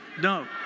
No